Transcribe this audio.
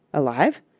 alive?